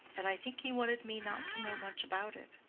and i think he wanted me not to know much about it.